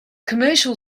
commercial